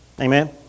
Amen